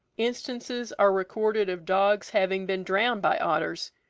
instances are recorded of dogs having been drowned by otters,